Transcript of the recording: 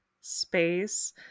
space